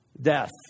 death